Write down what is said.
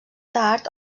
tard